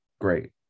great